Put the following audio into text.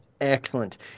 Excellent